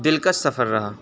دلکش سفر رہا